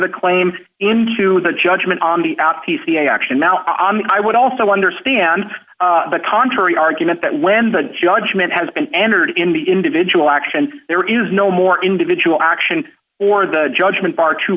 the claim into the judgment on the out p ca auction now i would also understand the contrary argument that when the judgment has been entered in the individual action there is no more individual action or the judgment bar to